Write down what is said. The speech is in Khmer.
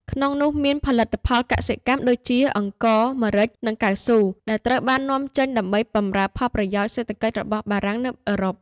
ក្នុងនោះមាន ផលិតផលកសិកម្មដូចជា អង្ករ ម្រេច និងកៅស៊ូ ដែលត្រូវបាននាំចេញដើម្បីបម្រើផលប្រយោជន៍សេដ្ឋកិច្ចរបស់បារាំងនៅអឺរ៉ុប។